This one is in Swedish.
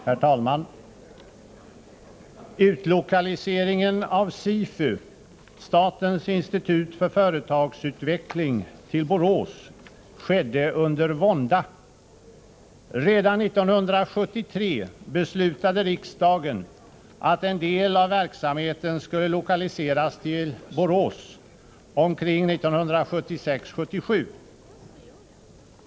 Herr talman! Utlokaliseringen av SIFU, Stiftelsen Institutet för företagsutveckling, till Borås skedde under vånda. Redan 1973 beslutade riksdagen att en del av verksamheten skulle lokaliseras till Borås omkring 1976-1977.